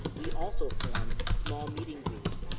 we also form small meeting groups